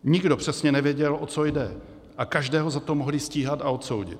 Nikdo přesně nevěděl, o co jde, ale každého za to mohli stíhat a odsoudit.